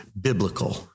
biblical